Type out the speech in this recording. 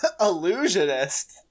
Illusionist